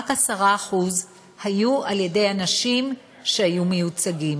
רק 10% היו של אנשים שהיו מיוצגים.